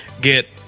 get